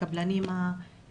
במיוחד קבלני המשנה.